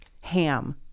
Ham